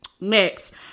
Next